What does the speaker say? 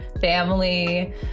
family